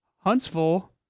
Huntsville